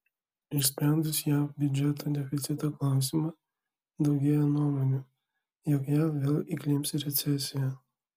išsprendus jav biudžeto deficito klausimą daugėja nuomonių jog jav vėl įklimps į recesiją